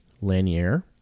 Lanier